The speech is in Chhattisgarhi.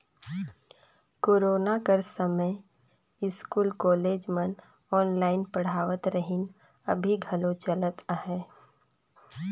कोरोना कर समें इस्कूल, कॉलेज मन ऑनलाईन पढ़ावत रहिन, अभीं घलो चलत अहे